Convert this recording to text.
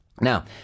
Now